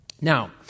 Now